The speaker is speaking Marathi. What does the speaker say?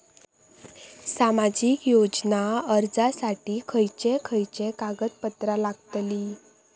सामाजिक योजना अर्जासाठी खयचे खयचे कागदपत्रा लागतली?